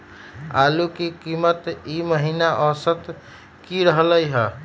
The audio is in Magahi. आलू के कीमत ई महिना औसत की रहलई ह?